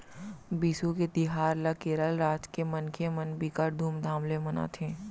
बिसु के तिहार ल केरल राज के मनखे मन बिकट धुमधाम ले मनाथे